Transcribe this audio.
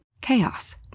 Chaos